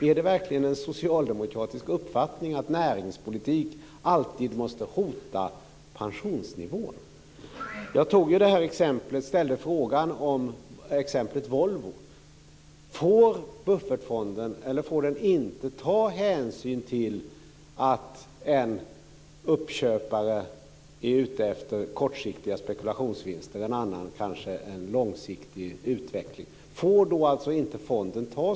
Är det verkligen en socialdemokratisk uppfattning att näringspolitik alltid måste hota pensionsnivån? Jag ställde en fråga om exemplet Volvo. Får buffertfonden, eller får den inte, ta hänsyn till att en uppköpare är ute efter kortsiktiga spekulationsvinster och en annan en långsiktig utveckling?